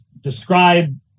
describe